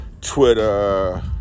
Twitter